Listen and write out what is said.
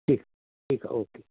ठीकु ठीकु आहे ओके